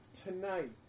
tonight